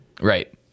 Right